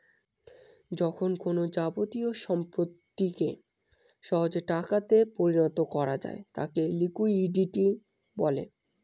যখন কোনো যাবতীয় সম্পত্তিকে সহজে টাকাতে পরিণত করা যায় তাকে লিকুইডিটি বলে